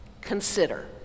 Consider